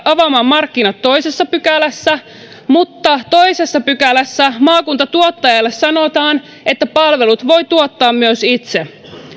avaamaan markkinat toisessa pykälässä mutta toisessa pykälässä maakuntatuottajalle sanotaan että palvelut voi tuottaa myös itse